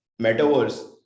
Metaverse